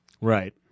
right